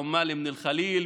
לעובדים מחברון,